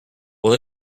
will